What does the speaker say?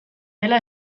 dela